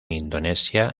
indonesia